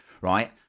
right